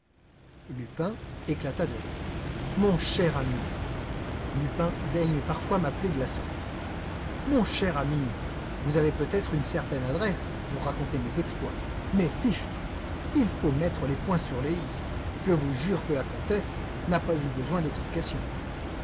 lupin éclata de rire mon cher ami lupin daigne parfois m'appeler de la sorte mon cher ami vous avez peut-être une certaine adresse pour raconter mes exploits mais fichtre il faut mettre les points sur les i je vous jure que la comtesse n'a pas eu besoin d'explication